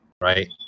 right